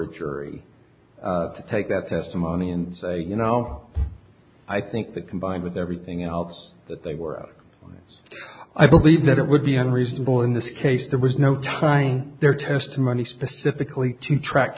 a jury to take that testimony and say you know i think that combined with everything else that they were out there i believe that it would be unreasonable in this case there was no trying their testimony specifically to track